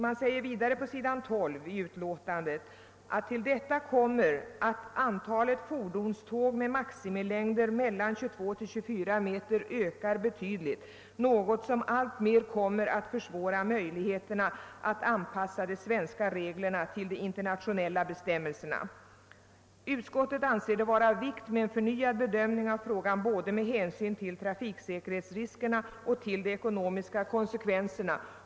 På s. 12 i utlåtandet skriver utskottet vidare att härtill kommer att »antalet fordonståg med maximilängder mellan 292 och 24 meter ökar betydligt, något som alltmer kommer att försvåra möjligheterna att anpassa de svenska reglerna till de internationella bestämmelserna». Utskottet anser det vara av vikt att få en förnyad bedömning av frågan både med hänsyn till trafiksäkerhetsriskerna och till de ekonomiska konsekvenserna.